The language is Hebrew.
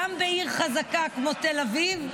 גם בעיר חזקה כמו תל אביב.